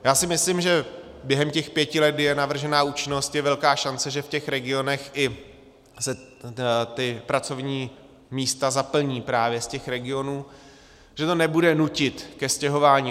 Já si myslím, že během těch pěti let, kdy je navržena účinnost, je velká šance, že v těch regionech se ta pracovní místa zaplní právě z těch regionů, že to nebude nutit ke stěhování.